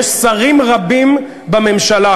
יש שרים רבים בממשלה,